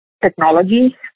technology